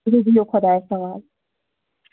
تُلِو بِہِو خۄدایَس حوال